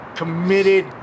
committed